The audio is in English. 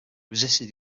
resisted